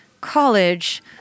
college